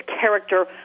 character